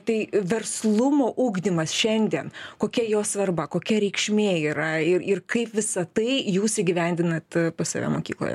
tai verslumo ugdymas šiandien kokia jo svarba kokia reikšmė yra ir ir kaip visa tai jūs įgyvendinat pas save mokykloje